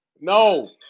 No